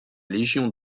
légion